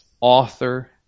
author